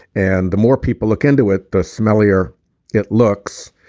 and the more people look into it the smell here it looks.